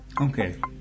Okay